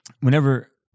whenever